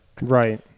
Right